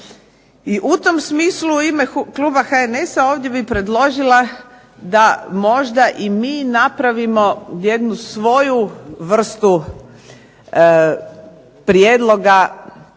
I u tom smislu u ime kluba HNS-a ovdje bih predložila da možda i mi napravimo jednu svoju vrstu prijedloga